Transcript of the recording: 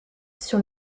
sur